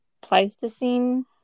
pleistocene